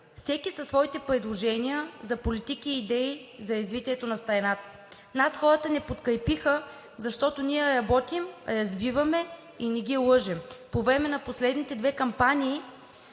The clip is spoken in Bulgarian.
всеки със своите предложения за политики и идеи за развитието на страната. Хората ни подкрепиха, защото ние работим, развиваме се и не ги лъжем. По време на последните две кампании